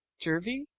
jervie?